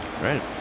right